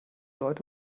leute